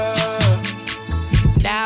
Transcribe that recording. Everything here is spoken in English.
Now